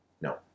No